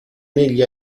negli